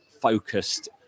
focused